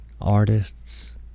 artists